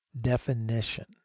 definition